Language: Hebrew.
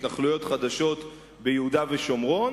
התנחלויות חדשות ביהודה ושומרון.